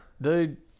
Dude